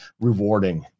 rewarding